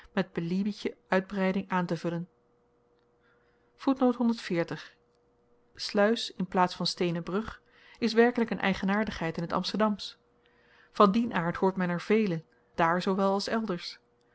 met beliebige uitbreiding aan te vullen sluis in plaats van steenen brug is werkelyk n eigenaardigheid in t amsterdamsch van dien aard hoort men er velen daar zoowel als elders